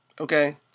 Okay